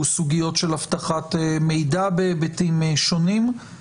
סוגיות של אבטחת מידע בהיבטים שונים.